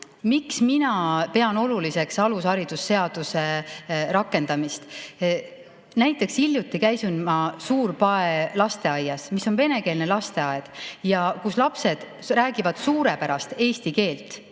Miks mina pean oluliseks alushariduse seaduse rakendamist? Näiteks hiljuti käisin ma Suur-Pae lasteaias, mis on venekeelne lasteaed, aga lapsed räägivad seal suurepärast eesti keelt.